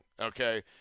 Okay